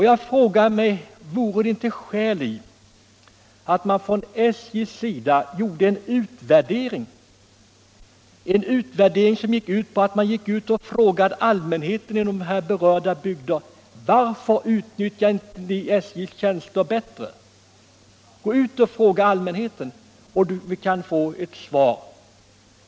Jag frågar: Vore det inte skäl att SJ gjorde en utvärdering, som gick ut på att fråga allmänheten i de berörda bygderna varför SJ:s tjänster inte utnyttjas bättre? Gå ut och fråga allmänheten, och du skall få ett svar!